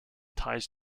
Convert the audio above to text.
ties